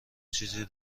چیزی